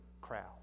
crowd